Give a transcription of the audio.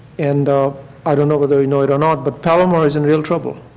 and i don't know whether you know it or not but palomar is in real trouble.